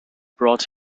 brought